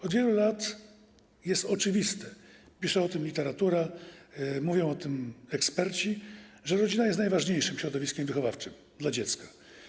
Od wielu lat jest oczywiste, pisze o tym literatura, mówią o tym eksperci, że rodzina jest najważniejszym środowiskiem wychowawczym dla dziecka.